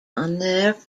honor